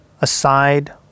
aside